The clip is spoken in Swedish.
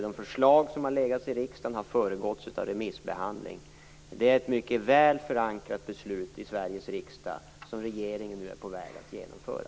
De förslag som har lagts fram för riksdagen har föregåtts av remissbehandling. Det är ett mycket väl förankrat beslut av Sveriges riksdag som regeringen nu är på väg att genomföra.